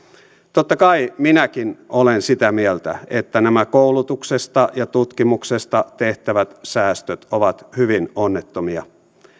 totta kai minäkin olen sitä mieltä että nämä koulutuksesta ja tutkimuksesta tehtävät säästöt ovat hyvin onnettomia